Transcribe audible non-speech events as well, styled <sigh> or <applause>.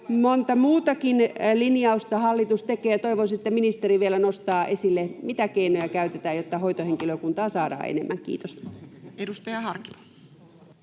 Monta muutakin linjausta hallitus tekee, ja toivoisin, että ministeri vielä nostaa esille, mitä keinoja käytetään, <noise> jotta hoitohenkilökuntaa saadaan enemmän. — Kiitos. [Speech 45]